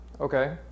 okay